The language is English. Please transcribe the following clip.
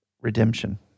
redemption